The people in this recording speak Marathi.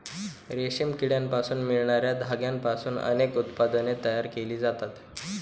रेशमी किड्यांपासून मिळणार्या धाग्यांपासून अनेक उत्पादने तयार केली जातात